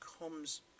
comes